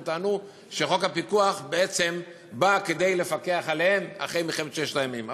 שטענו שחוק הפיקוח בעצם בא כדי לפקח עליהם אחרי מלחמת ששת הימים,